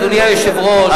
אדוני היושב-ראש,